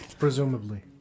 Presumably